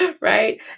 right